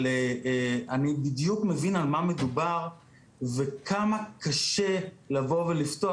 אבל אני בדיוק מבין על מה מדובר וכמה זה קשה לבוא ולפתוח